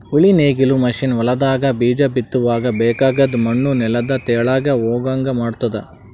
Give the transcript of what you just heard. ಉಳಿ ನೇಗಿಲ್ ಮಷೀನ್ ಹೊಲದಾಗ ಬೀಜ ಬಿತ್ತುವಾಗ ಬೇಕಾಗದ್ ಮಣ್ಣು ನೆಲದ ತೆಳಗ್ ಹೋಗಂಗ್ ಮಾಡ್ತುದ